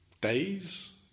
Days